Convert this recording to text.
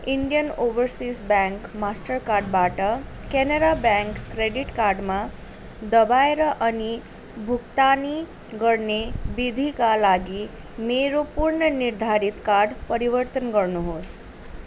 Indian Overseas bank master कार्डबाट Canara bank credit कार्डमा दबाएर अनि भुक्तानी गर्ने विधिका लागि मेरो पूर्णनिर्धारित कार्ड परिवर्तन गर्नुहोस्